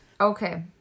Okay